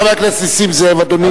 חבר הכנסת נסים זאב, אדוני.